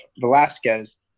Velasquez